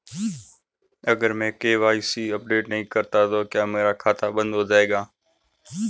अगर मैं KYC update नहीं करता तो क्या मेरा खाता बंद कर दिया जाएगा?